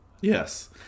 Yes